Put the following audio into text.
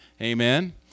Amen